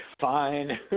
Fine